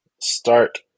start